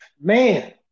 Man